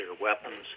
weapons